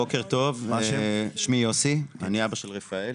בוקר טוב, שמי יוסי, אני אבא של רפאל.